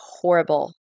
horrible